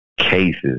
cases